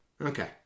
Okay